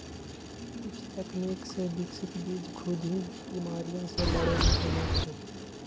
उच्च तकनीक से विकसित बीज खुद ही बिमारियन से लड़े में समर्थ हई